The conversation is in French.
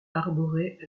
arborée